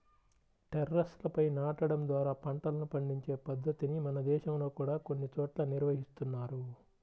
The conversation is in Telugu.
టెర్రస్లపై నాటడం ద్వారా పంటలను పండించే పద్ధతిని మన దేశంలో కూడా కొన్ని చోట్ల నిర్వహిస్తున్నారు